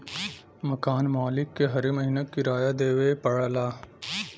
मकान मालिक के हरे महीना किराया देवे पड़ऽला